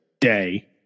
day